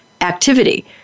activity